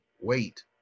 wait